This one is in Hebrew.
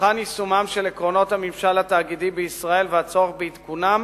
נבחנו יישומם של עקרונות הממשל התאגידי בישראל והצורך בעדכונם